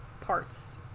parts